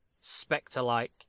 spectre-like